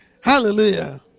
Hallelujah